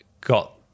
got